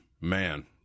Man